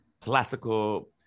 classical